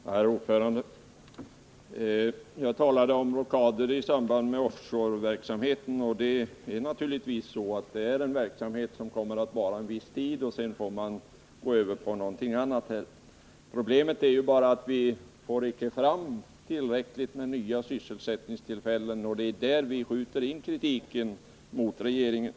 Fru talman! Jag talade om rockader i samband med offshoreverksamheten. Naturligtvis kommer denna verksamhet att vara bara en viss tid. Sedan får man gå över till att göra något annat. Problemet är att vi icke får fram tillräckligt många nya sysselsättningstillfällen. Det är på den punkten som vi skjuter in kritiken mot regeringen.